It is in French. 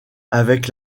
avec